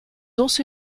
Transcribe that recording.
also